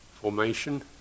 formation